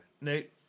Nate